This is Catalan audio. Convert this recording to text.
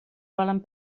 valen